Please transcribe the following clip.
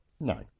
No